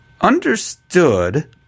Understood